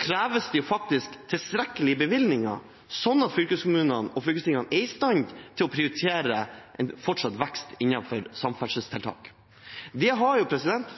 kreves det faktisk tilstrekkelige bevilgninger sånn at fylkeskommunene og fylkestingene er i stand til å prioritere fortsatt vekst innenfor samferdselstiltak. Det har